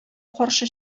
каршы